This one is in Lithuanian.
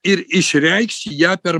ir išreikš ją per